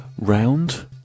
Round